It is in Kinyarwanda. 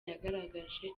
yagaragaje